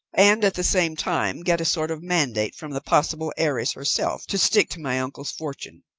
and at the same time get a sort of mandate from the possible heiress herself to stick to my uncle's fortune.